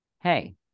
Hey